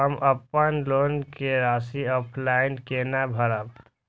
हम अपन लोन के राशि ऑफलाइन केना भरब?